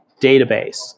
database